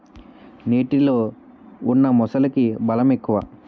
నీటిలో ఉన్న మొసలికి బలం ఎక్కువ